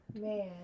Man